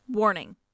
Warning